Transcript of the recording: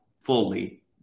fully